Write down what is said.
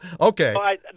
Okay